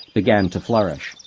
began to flourish.